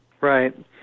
right